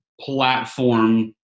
platform